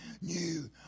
new